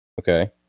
Okay